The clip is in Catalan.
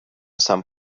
sant